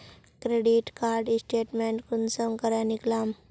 Credit card statement कुंसम करे निकलाम?